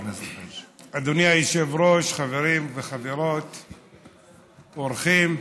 אדוני היושב-ראש, חברים וחברות, אורחים,